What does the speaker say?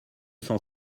cent